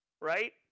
right